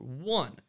One